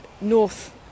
north